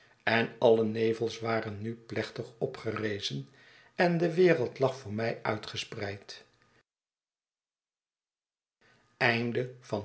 en alle nevels waren nu plechtig opgerezen en de wereld lag voor mij uitgespreid